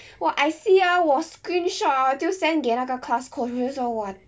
!wah! I see ah 我 screenshot hor 就 send 给那个 class coach 我就说 !wah!